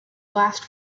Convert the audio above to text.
last